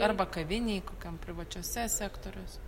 arba kavinėj kokiam privačiuose sektoriuose